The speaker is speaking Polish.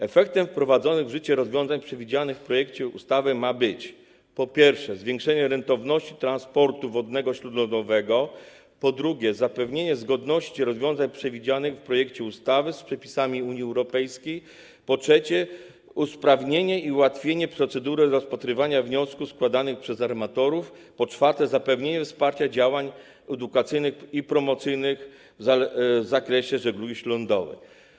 Efektem wprowadzonych w życie rozwiązań przewidzianych w projekcie ustawy ma być: po pierwsze, zwiększenie rentowności transportu wodnego śródlądowego; po drugie, zapewnienie zgodności rozwiązań przewidzianych w projekcie ustawy z przepisami Unii Europejskiej; po trzecie, usprawnienie i ułatwienie procedury rozpatrywania wniosków składanych przez armatorów; po czwarte, zapewnienie wsparcia działań edukacyjnych i promocyjnych w zakresie żeglugi śródlądowej.